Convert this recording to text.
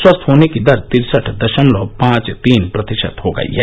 स्वस्थ होने की दर तिरसठ दशमलव पांच तीन प्रतिशत हो गयी है